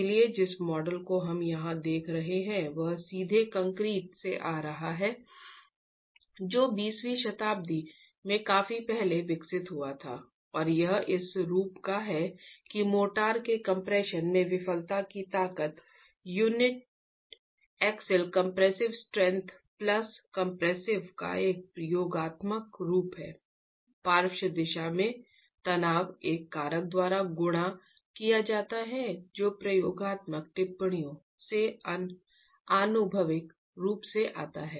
इसलिए जिस मॉडल को हम यहां देख रहे हैं वह सीधे कंक्रीट से आ रहा है जो 20वीं शताब्दी में काफी पहले विकसित हुआ था और यह इस रूप का है कि मोर्टार के कम्प्रेशन में विफलता की ताकत uniaxial compressive strength plus compressive का एक योगात्मक रूप है पार्श्व दिशा में तनाव एक कारक द्वारा गुणा किया जाता है जो प्रयोगात्मक टिप्पणियों से आनुभविक रूप से आता है